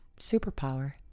Superpower